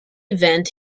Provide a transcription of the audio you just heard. event